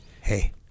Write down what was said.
Hey